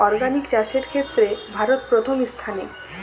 organic চাষের ক্ষেত্রে ভারত প্রথম স্থানে